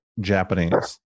Japanese